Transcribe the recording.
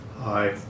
Hi